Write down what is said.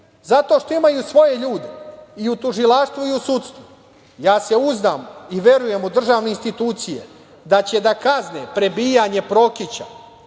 Zato što imaju svoje ljude i u tužilaštvu i u sudstvu. Uzdam se i verujem u državne institucije da će da kazne prebijanje Prokića,